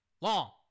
long